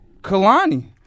Kalani